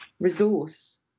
resource